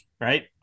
Right